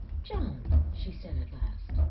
john, she said at last,